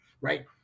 right